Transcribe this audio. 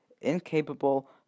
incapable